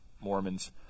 mormons